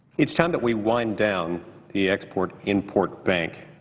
it's time that we wind down the export-import bank.